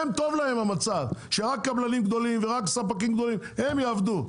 אבל להם טוב המצב שרק קבלנים גדולים ורק ספקים גדולים יעבדו,